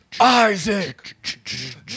Isaac